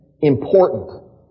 important